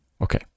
Okay